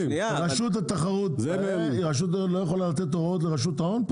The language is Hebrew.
רשות התחרות לא יכולה לתת הוראות לרשות ההון?